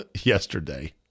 yesterday